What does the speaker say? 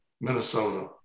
Minnesota